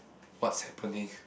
what's happening